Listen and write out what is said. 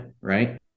Right